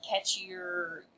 catchier